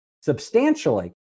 substantially